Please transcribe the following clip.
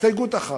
הסתייגות אחת,